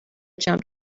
jump